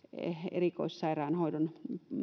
erikoissairaanhoidon